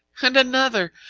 and another!